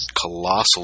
colossal